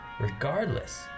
regardless